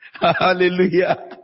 Hallelujah